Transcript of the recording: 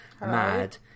mad